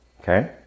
okay